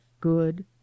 good